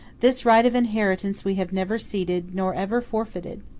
this right of inheritance we have never ceded nor ever forfeited.